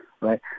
Right